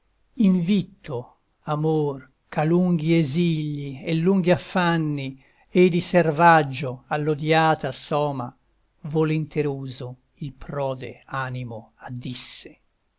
invitto amor ch'a lunghi esigli e lunghi affanni e di servaggio all'odiata soma volenteroso il prode animo addisse